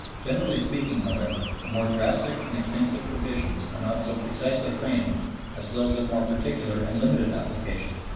generally speaking, however, the more drastic and extensive provisions are not so precisely framed as those of more particular and limited application.